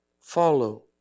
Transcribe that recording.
follow